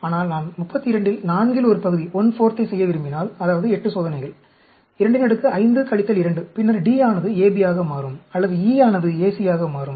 ஆனால் நான் 32 இல் நான்கில் ஒரு பகுதியை செய்ய விரும்பினால் அதாவது 8 சோதனைகள் 25 2 பின்னர் D ஆனது AB ஆக மாறும் அல்லது E ஆனது AC யாக மாறும்